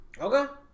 Okay